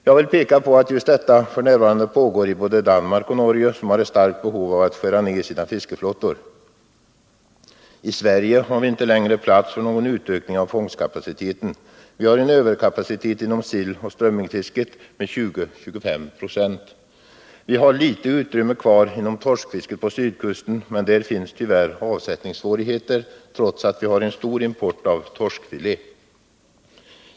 Jag vill peka på att just detta f. n. pågår både i Danmark och i Norge, vilka länder har ett starkt behov av att skära ned sina fiskeflottor. I Sverige har vi inte längre plats för någon utökning av fångstkapaciteten. Vi har en överkapacitet inom silloch strömmingsfisket på 20-25 96. Vi har litet utrymme kvar inom torskfisket på sydkusten, men där finns det tyvärr avsättningssvårigheter, trots att vi har en stor import av torskfilé.